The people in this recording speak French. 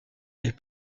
est